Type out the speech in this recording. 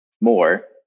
more